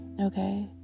Okay